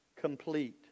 complete